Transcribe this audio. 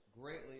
greatly